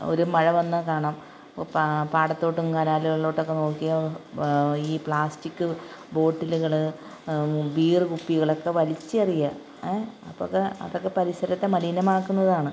ഒരു മഴ വന്നാൽ കാണാൻ പാ പാടത്തോട്ടും കനാലുകളിലോട്ടൊക്കെ നോക്കിയാൽ ഈ പ്ലാസ്റ്റിക്ക് ബോട്ടിലുകൾ ബീർ കുപ്പികളൊക്കെ വലിച്ചെറിയുക എ അപ്പോളൊക്കെ അതൊക്കെ പരിസരത്തെ മലിനമാക്കുന്ന താണ്